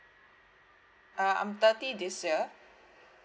uh I'm thirty this year